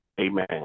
Amen